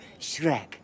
Shrek